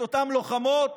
את אותן לוחמות,